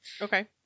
okay